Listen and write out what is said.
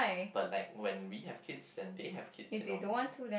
but like when we have kids then they have kids you know